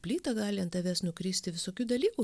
plyta gali ant tavęs nukristi visokių dalykų